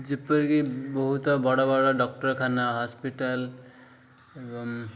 ଯେପରିକି ବହୁତ ବଡ଼ ବଡ଼ ଡକ୍ଟରଖାନା ହସ୍ପିଟାଲ୍ ଏବଂ